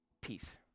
Peace